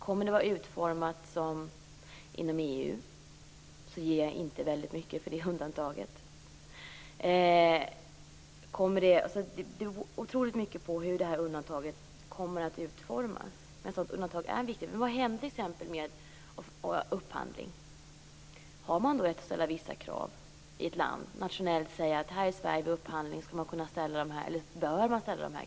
Kommer det att vara utformat på samma sätt som inom EU, så ger jag inte så mycket för det undantaget. Det är otroligt viktigt hur undantaget kommer att utformas. Vad händer t.ex. med offentlig upphandling? Har man rätt att ställa vissa krav i ett land? Skall vi kunna säga att här i Sverige bör man ställa de här kraven vid upphandling?